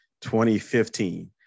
2015